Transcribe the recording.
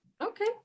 okay